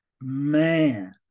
Man